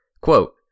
Quote